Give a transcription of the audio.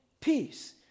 peace